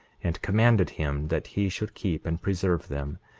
and commanded him that he should keep and preserve them,